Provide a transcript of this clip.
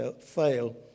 fail